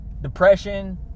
Depression